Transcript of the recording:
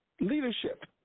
leadership